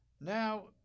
Now